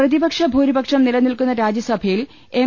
പ്രതിപക്ഷ ഭൂരി പക്ഷം നിലനിൽക്കുന്ന രാജ്യസഭയിൽ എം